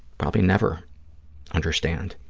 probably never understand.